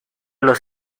los